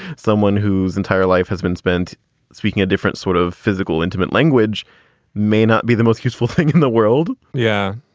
someone whose entire life has been spent speaking a different sort of physical, intimate language may not be the most useful thing in the world yeah.